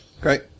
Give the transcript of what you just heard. Great